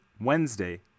Wednesday